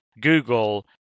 google